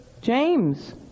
James